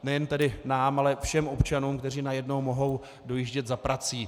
Nejen nám, ale všem občanům, kteří najednou mohou dojíždět za prací.